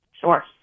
sure